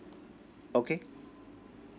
okay